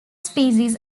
species